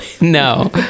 no